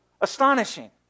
astonishing